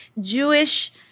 Jewish